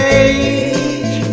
age